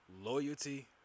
loyalty